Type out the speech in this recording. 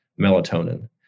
melatonin